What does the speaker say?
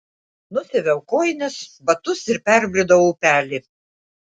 nusiaviau kojines batus ir perbridau upelį